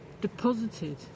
deposited